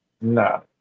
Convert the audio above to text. no